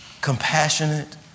compassionate